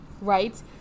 Right